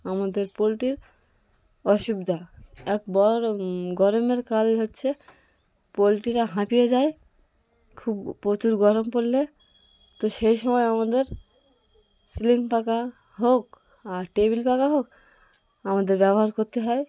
আমাদের পোলট্রির অসুবিধা এক বর গরমের কাল হচ্ছে পোলট্রিরা হাঁপিয়ে যায় খুব প্রচুর গরম পড়লে তো সেই সময় আমাদের সিলিং পাখা হোক আর টেবিল পাখা হোক আমাদের ব্যবহার করতে হয়